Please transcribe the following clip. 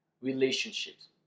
relationships